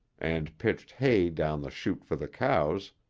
and pitched hay down the chute for the cows,